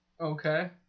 Okay